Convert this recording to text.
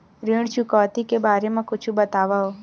ऋण चुकौती के बारे मा कुछु बतावव?